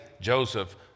Joseph